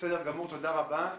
תודה רבה.